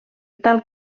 tal